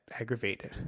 aggravated